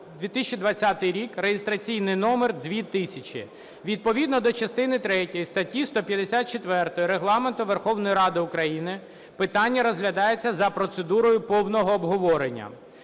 2020 рік (реєстраційний номер 2000). Відповідно до частини третьої статті 154 Регламенту Верховної Ради України питання розглядається за процедурою повного обговорення.